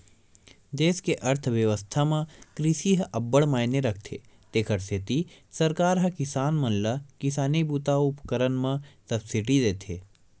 देस के अर्थबेवस्था म कृषि ह अब्बड़ मायने राखथे तेखर सेती सरकार ह किसान मन ल किसानी बूता अउ उपकरन म सब्सिडी देथे